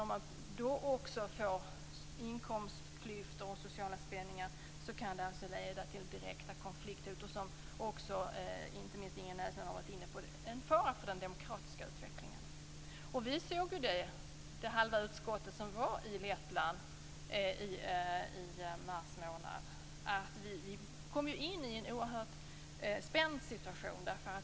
Om man då också får inkomstklyftor och sociala spänningar kan det leda till direkta konflikter vilket, som inte minst Ingrid Näslund har varit inne på, är en fara för den demokratiska utvecklingen. Det halva utskott som var i Lettland i mars månad såg det. Vi kom in i en oerhört spänd situation.